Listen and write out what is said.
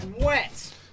wet